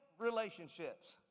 relationships